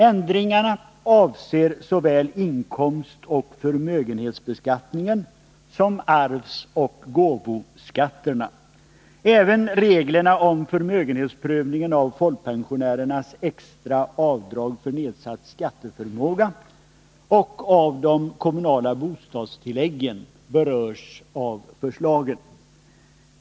Ändringarna avser såväl inkomstoch förmögenhetsbeskattningen som arvsoch gåvoskatterna. Även reglerna om förmögenhetsprövningen av folkpensionärernas extra avdrag för nedsatt skatteförmåga och av de kommunala bostadstilläggen berörs av förslagen.